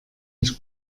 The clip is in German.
ich